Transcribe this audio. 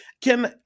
Kim